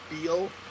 feel